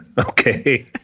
Okay